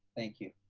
thank you.